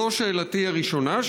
זו שאלתי הראשונה.